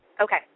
Okay